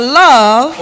love